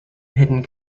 hidden